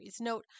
Note